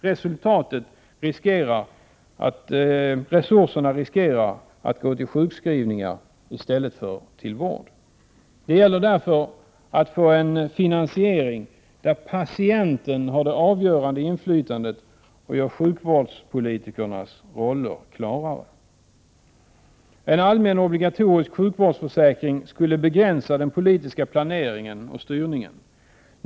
Resurser riskerar att gå till sjukskrivningar i stället för till vård. Det gäller därför att få en finansiering, där patienten har det avgörande inflytandet och som gör sjukvårdspolitikernas roller klarare. En allmän, obligatorisk sjukvårdsförsäkring skulle begränsa den politiska planeringen och styrningen.